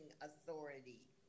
authority